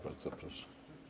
Bardzo proszę.